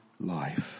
life